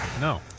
no